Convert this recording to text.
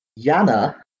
Yana